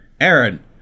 Aaron